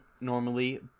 normally